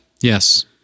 Yes